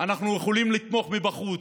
אנחנו יכולים לתמוך מבחוץ.